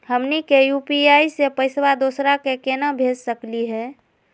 हमनी के यू.पी.आई स पैसवा दोसरा क केना भेज सकली हे?